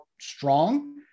strong